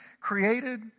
created